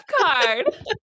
card